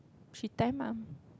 she time lah